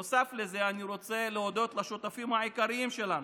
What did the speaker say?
נוסף לזה, אני רוצה להודות לשותפים העיקריים שלנו: